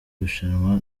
rushanwa